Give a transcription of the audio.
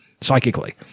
psychically